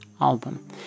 album